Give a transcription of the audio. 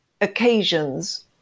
occasions